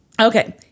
Okay